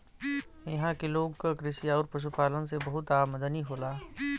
इहां के लोग क कृषि आउर पशुपालन से बहुत आमदनी होला